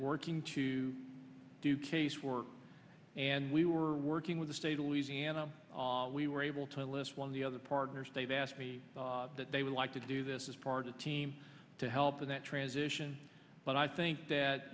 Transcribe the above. working to do case work and we were working with the state of louisiana we were able to list one of the other partners they've asked me that they would like to do this as part of team to help with that transition but i think that